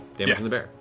damage the bear.